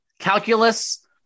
Calculus